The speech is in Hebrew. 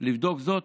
לבדוק זאת.